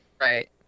right